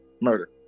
murder